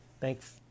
Thanks